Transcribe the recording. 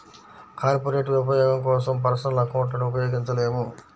corporate ఉపయోగం కోసం personal అకౌంట్లను ఉపయోగించలేము